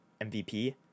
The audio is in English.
MVP